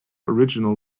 original